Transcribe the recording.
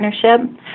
partnership